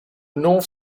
north